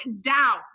doubt